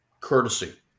Courtesy